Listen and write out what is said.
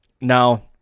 Now